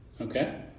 Okay